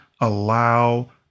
allow